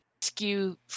skew